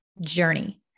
journey